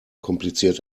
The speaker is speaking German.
kompliziert